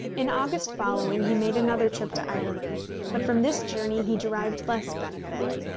in august following he made another trip to ireland, but from this journey he derived less benefit.